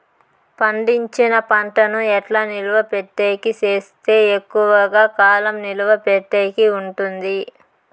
పండించిన పంట ను ఎట్లా నిలువ పెట్టేకి సేస్తే ఎక్కువగా కాలం నిలువ పెట్టేకి ఉంటుంది?